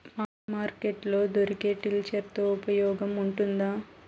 Market లో దొరికే tiller తో ఉపయోగం ఉంటుందా?